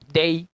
day